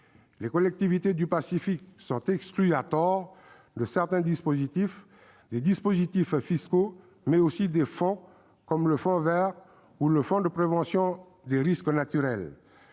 Les collectivités du Pacifique sont exclues à tort de certains dispositifs : des dispositifs fiscaux, mais aussi des fonds, comme le fonds vert ou le fonds de prévention des risques naturels.